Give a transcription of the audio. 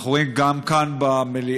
ואנחנו רואים גם כאן במליאה,